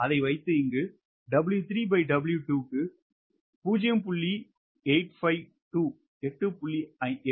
அதை வைத்து இந்த 𝑊3W2 க்கு 0